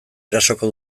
erasoko